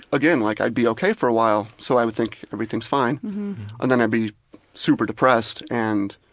again, like i'd be ok for a while so i would think everything's fine and then i'd be super-depressed and